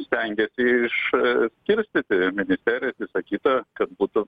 stengiasi išskirtyti ministerijas visa kita kad būtų